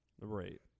Right